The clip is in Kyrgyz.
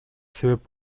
себеп